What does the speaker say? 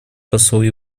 посол